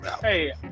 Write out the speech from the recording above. Hey